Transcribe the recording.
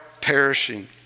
perishing